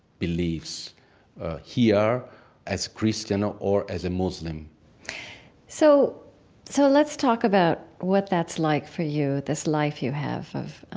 beliefs here as christian or or as a muslim so so let's talk about what that's like for you, this life you have of,